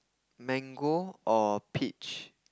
mango or peach